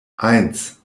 eins